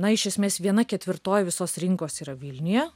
na iš esmės viena ketvirtoji visos rinkos yra vilniuje